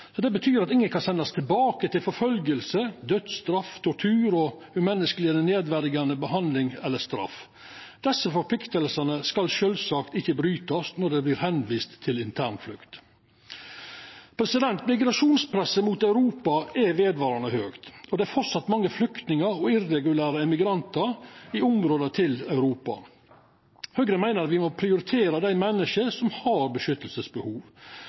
Det betyr at ingen kan sendast tilbake til forfølging, dødsstraff, tortur, eller umenneskeleg eller nedverdigande behandling eller straff. Desse forpliktingane skal sjølvsagt ikkje brytast når dei vert viste til internflukt. Migrasjonspresset mot Europa er vedvarande høgt, og det er framleis mange flyktningar og irregulære emigrantar i nærområda til Europa. Høgre meiner me må prioritera dei menneska som har